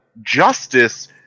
Justice